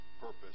purpose